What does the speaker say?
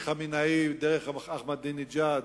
מחמינאי דרך אחמדינג'אד,